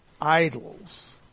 idols